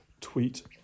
tweet